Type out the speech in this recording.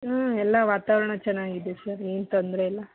ಹಾಂ ಎಲ್ಲ ವಾತಾವರಣ ಚೆನ್ನಾಗಿ ಇದೆ ಸರ್ ಏನು ತೊಂದರೆ ಇಲ್ಲ